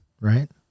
right